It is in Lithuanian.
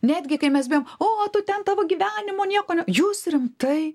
netgi kai mes bijom o tu ten tavo gyvenimo nieko jūs rimtai